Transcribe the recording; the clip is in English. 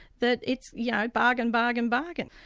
that it's yeah bargain, bargain, bargain.